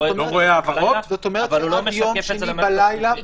רואה אבל הוא לא משקף את זה למערכת הסניפית.